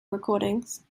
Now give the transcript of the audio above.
recordings